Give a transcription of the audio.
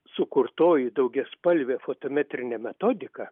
sukurtoji daugiaspalvė fotometrinė metodika